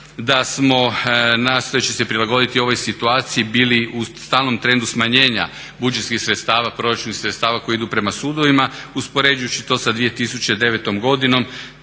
da smo nastojeći se prilagoditi ovoj situaciji bili u stalnom trendu smanjenja budžetskih sredstava proračunskih sredstava koji idu prema sudovima. Uspoređujući to sa 2009. godinom